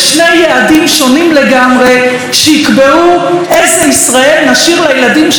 יעדים שונים לגמרי שיקבעו איזו ישראל נשאיר לילדים שלנו,